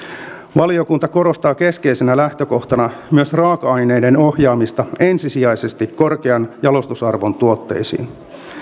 valiokunta korostaa keskeisenä lähtökohtana myös raaka aineiden ohjaamista ensisijaisesti korkean jalostusarvon tuotteisiin